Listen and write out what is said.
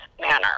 manner